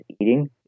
eating